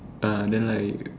ah then like